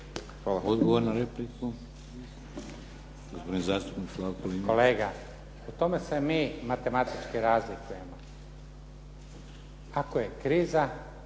Slavko (SDP)** Kolega, po tome se mi matematički razlikujemo. Ako je kriza,